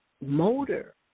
motor